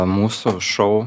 mūsų šou